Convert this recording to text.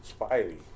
Spidey